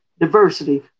diversity